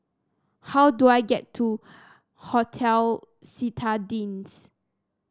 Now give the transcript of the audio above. how do I get to Hotel Citadines